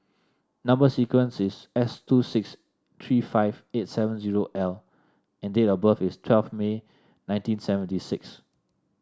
number sequence is S two six three five eight seven zero L and date of birth is twelve May nineteen seventy six